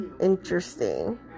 interesting